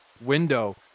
window